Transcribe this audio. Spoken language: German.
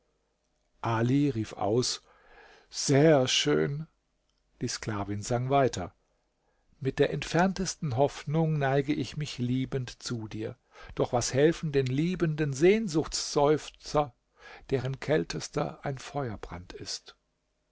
ali rief aus sehr schön die sklavin sang weiter mit der entferntesten hoffnung neige ich mich liebend zu dir doch was helfen den liebenden sehnsuchtsseufzer deren kältester ein feuerbrand ist